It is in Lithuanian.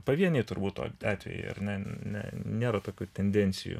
pavieniai turbūt atvejai ar ne nėra tokių tendencijų